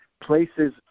places